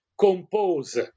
Compose